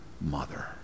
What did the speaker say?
mother